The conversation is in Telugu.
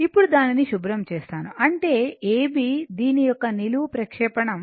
ఇప్పుడు దానిని శుభ్రం చేస్తాను అంటే AB దీని యొక్క నిలువు ప్రక్షేపణం